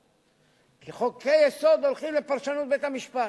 כי חוקי-יסוד הולכים לפרשנות בית-המשפט,